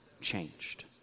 changed